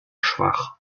schwach